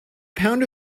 pound